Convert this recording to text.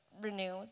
renew